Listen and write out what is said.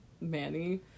Manny